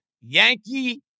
Yankee